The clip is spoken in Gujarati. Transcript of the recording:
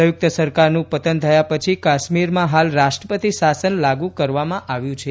સંયુક્ત સરકારનું પતન થયા પછી કાશ્મીરમાં હાલ રાષ્ટ્રપતિ શાસન લાગુ કરવામાં આવ્યું છે